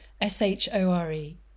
S-H-O-R-E